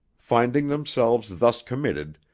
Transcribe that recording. finding themselves thus committed,